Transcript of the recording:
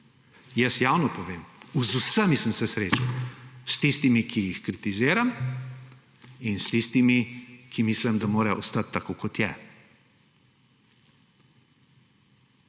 Jaz javno povem, z vsemi sem se srečal, s tistimi, ki jih kritiziram, in s tistimi, o katerih mislim, da mora ostati tako, kot je.